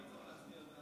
לפי העקרונות שאמרת,